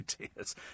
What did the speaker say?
ideas